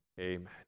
Amen